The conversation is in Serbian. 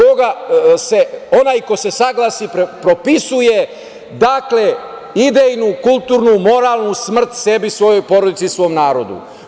Onaj ko se saglasi, propisuje idejnu, kulturnu, moralnu smrt sebi i svojoj porodici i svom narodu.